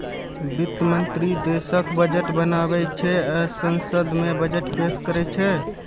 वित्त मंत्री देशक बजट बनाबै छै आ संसद मे बजट पेश करै छै